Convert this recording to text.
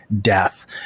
death